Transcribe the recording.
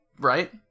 Right